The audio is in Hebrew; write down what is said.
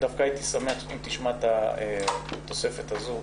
ח"כ גדעון סער, הייתי שמח שתשמע את התוספת הזו.